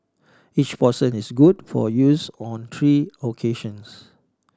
each portion is good for use on three occasions